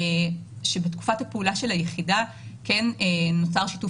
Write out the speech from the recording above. בתקופת הפעולה של היחידה נוצר שיתוף